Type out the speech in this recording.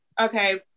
okay